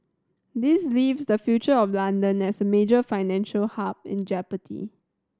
this leaves the future of London as a major financial hub in Jeopardy